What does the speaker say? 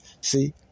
See